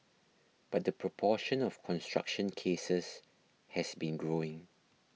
but the proportion of construction cases has been growing